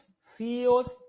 CEOs